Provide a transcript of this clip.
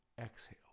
Exhale